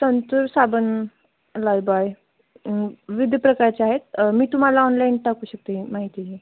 संतूर साबण लायबॉय विविध प्रकारच्या आहेत मी तुम्हाला ऑनलाईन टाकू शकते माहिती ही